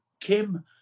Kim